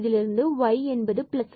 இதிலிருந்து y ±2ஐ பெறுகின்றோம்